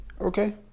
Okay